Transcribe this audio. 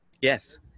Yes